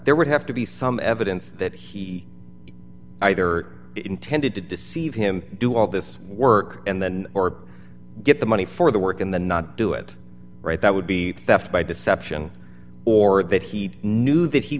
there would have to be some evidence that he either intended to deceive him do all this work and then or get the money for the work and the not do it right that would be theft by deception or that he knew that he